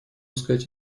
сказать